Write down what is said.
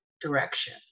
direction